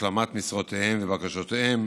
השלמת משרותיהם ובקשותיהם